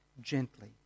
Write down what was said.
gently